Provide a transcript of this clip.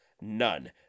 none